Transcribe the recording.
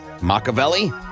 Machiavelli